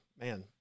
Man